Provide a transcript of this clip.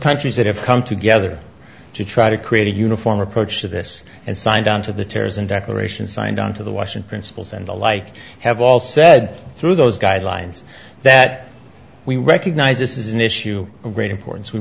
countries that have come together to try to create a uniform approach to this and signed on to the tears and declaration signed on to the washing principles and the like have all said through those guidelines that we recognize this is an issue of great importance we